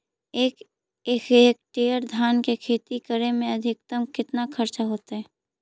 एक हेक्टेयर धान के खेती करे में अधिकतम केतना खर्चा होतइ?